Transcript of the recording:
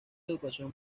educación